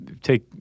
take